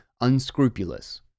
unscrupulous